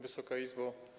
Wysoka Izbo!